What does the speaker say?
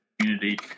community